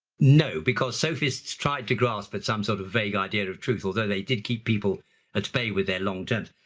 no because sophists tried to grasp at some sort of vague idea of truth, although they did keep people at bay with their long term.